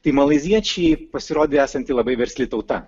tai malaiziečiai pasirodė esanti labai versli tauta